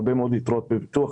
הרבה מאוד יתרות בפיתוח